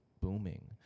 booming